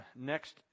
next